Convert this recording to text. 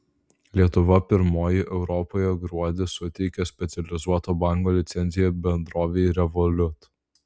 lietuva pirmoji europoje gruodį suteikė specializuoto banko licenciją bendrovei revolut